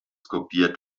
kopiert